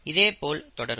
இதேபோல் தொடரும்